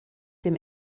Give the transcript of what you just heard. dem